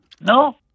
no